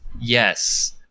Yes